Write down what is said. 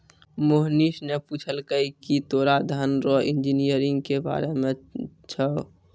मोहनीश ने पूछलकै की तोरा धन रो इंजीनियरिंग के बारे मे छौं?